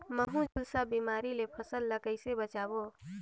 महू, झुलसा बिमारी ले फसल ल कइसे बचाबो?